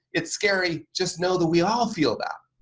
it's scary. just know that we all feel that.